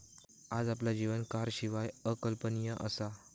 आज आपला जीवन कारशिवाय अकल्पनीय असा